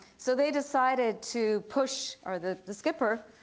so they decided to push, or the the skipper,